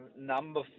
number